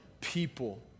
people